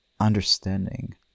understanding